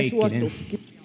suostu